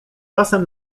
czasem